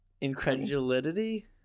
Incredulity